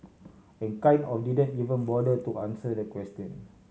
and kind of didn't even bother to answer the question